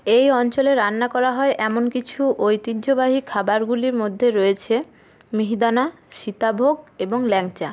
এই অঞ্চলে রান্না করা হয় এমন কিছু ঐতিহ্যবাহী খাবারগুলির মধ্যে রয়েছে মিহিদানা সীতাভোগ এবং ল্যাংচা